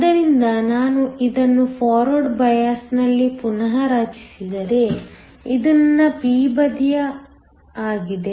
ಆದ್ದರಿಂದ ನಾನು ಇದನ್ನು ಫಾರ್ವರ್ಡ್ ಬಯಾಸ್ನಲ್ಲಿ ಪುನಃ ರಚಿಸಿದರೆ ಇದು ನನ್ನ p ಬದಿಯ ಆಗಿದೆ